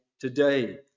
today